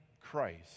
Christ